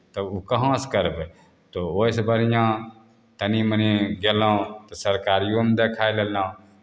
तऽ ओ कहाँसँ करबै तऽ ओहिसँ बढ़िआँ तनि मनि गेलहुँ तऽ सरकारिओमे देखाए लेलहुँ